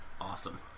awesome